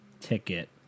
ticket